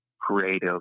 creative